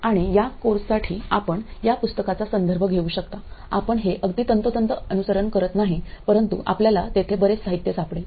आणि या कोर्ससाठी आपण या पुस्तकाचा संदर्भ घेऊ शकता आपण हे अगदी तंतोतंत अनुसरण करीत नाही परंतु आपल्याला तेथे बरेच साहित्य सापडेल